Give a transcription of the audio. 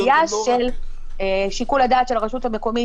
התוויה של שיקול הדעת של הרשות המקומית,